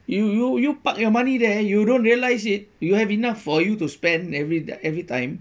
you you you park your money there you don't realise it you have enough for you to spend every every time